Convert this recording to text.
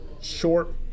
short